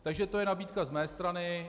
Takže to je nabídka z mé strany.